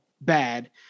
bad